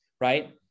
right